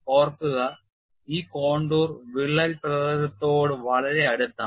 ഓർക്കുക ഈ കോണ്ടൂർ വിള്ളൽ പ്രതലത്തോട് വളരെ അടുത്താണ്